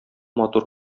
матур